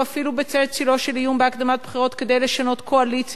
או אפילו בצל צלו של איום בהקדמת בחירות כדי לשנות קואליציה,